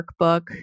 workbook